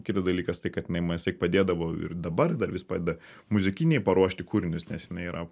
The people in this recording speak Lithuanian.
kitas dalykas tai kad jinai man visąlaik padėdavo ir dabar dar vis padeda muzikiniai paruošti kūrinius nes jinai yra